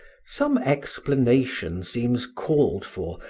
some explanation seems called for,